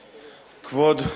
החוקה,